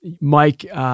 Mike